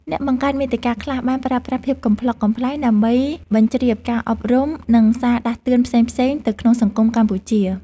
អ្នកបង្កើតមាតិកាខ្លះបានប្រើប្រាស់ភាពកំប្លុកកំប្លែង ដើម្បីបញ្ជ្រាបការអប់រំ និងសារដាស់តឿនផ្សេងៗទៅក្នុងសង្គមកម្ពុជា។